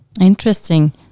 Interesting